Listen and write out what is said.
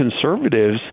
conservatives